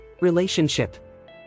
relationship